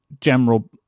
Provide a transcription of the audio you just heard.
general